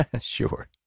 Sure